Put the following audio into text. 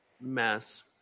Mess